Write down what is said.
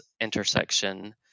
intersection